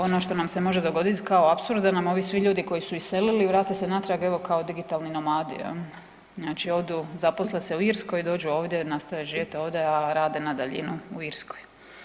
Ono što nam se može dogoditi kao apsurd, da nam ovi svi ljudi koji su iselili, vrate se natrag evo kao digitalni nomadi, jel', znači odu, zaposle se u Irskoj, dođu ovdje, nastave živjet ovdje a rade na daljinu u Irskoj.